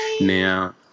Now